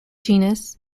genus